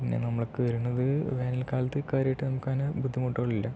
പിന്നെ നമ്മൾക്ക് വരുന്നത് വേനൽകാലത്ത് കാര്യമായിട്ട് നമുക്ക് അങ്ങനെ ബുദ്ധിമുട്ടുകളില്ല